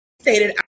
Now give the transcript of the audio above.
stated